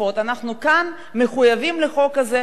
אנחנו כאן מחויבים לחוק הזה,